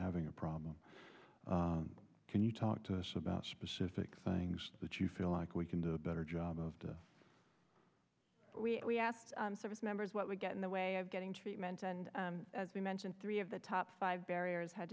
having a problem can you talk to us about specific things that you feel like we can do a better job of to we asked service members what would get in the way of getting treatment and as we mentioned three of the top five barriers had